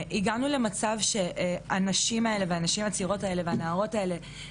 הגיעו למצבים שאו שהן צריכות לנשור מהלימודים עקב לחץ משפחתי,